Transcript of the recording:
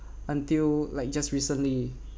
until like just recently